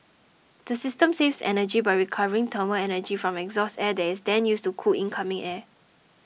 the system saves energy by recovering thermal energy from exhaust air that is then used to cool incoming air